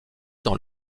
dans